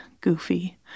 goofy